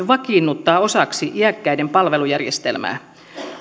vakiinnuttaa osaksi iäkkäiden palvelujärjestelmää